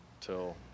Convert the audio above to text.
till